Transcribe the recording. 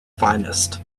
finest